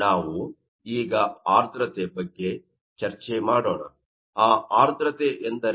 ನಾವು ಈಗ ಆರ್ದ್ರತೆ ಬಗ್ಗೆ ಚರ್ಚೆ ಮಾಡೋಣ ಆ ಆರ್ದ್ರತೆ ಎಂದರೇನು